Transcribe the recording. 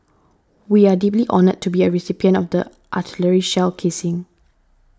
we are deeply honoured to be a recipient of the artillery shell casing